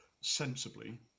sensibly